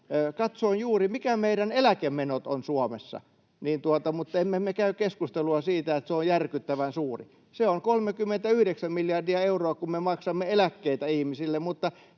Katsoin juuri, mitkä meidän eläkemenot ovat Suomessa. Mutta emme me käy keskustelua siitä, että se on järkyttävän suuri. Se on 39 miljardia euroa, kun me maksamme eläkkeitä ihmisille, mutta